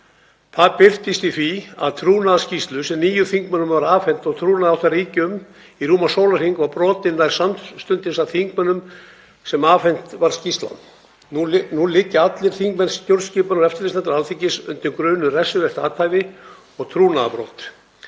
Það birtist í því að trúnaður um skýrslu sem níu þingmönnum var afhent og trúnaður átti að ríkja um í rúman sólarhring var brotinn nær samstundis af þingmönnum sem afhent var skýrslan. Nú liggja allir þingmenn stjórnskipunar- og eftirlitsnefndar Alþingis undir grun um refsivert athæfi og trúnaðarbrot,